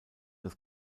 das